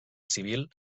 civil